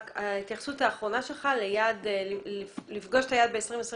ההתייחסות האחרונה שלך לפגוש את היעד ב-2023,